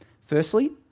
Firstly